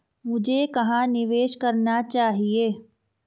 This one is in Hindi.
मुझे कहां निवेश करना चाहिए?